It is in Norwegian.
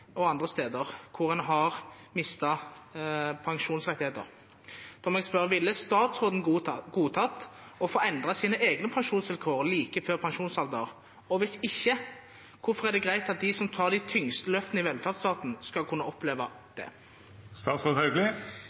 og andre steder hvor en har mistet pensjonsrettigheter. Da må jeg spørre: Ville statsråden ha godtatt å få endret sine egne pensjonsvilkår like før pensjonsalder? Og hvis ikke: Hvorfor er det greit at de som tar de tyngste løftene i velferdsstaten, skal kunne oppleve